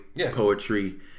poetry